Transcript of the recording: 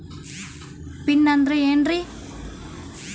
Pin ಅಂದ್ರೆ ಏನ್ರಿ?